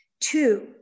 Two